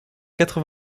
quatre